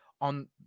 On